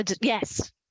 yes